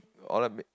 or like may